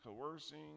coercing